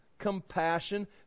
compassion